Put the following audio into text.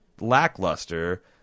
lackluster